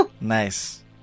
Nice